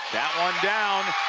that one down,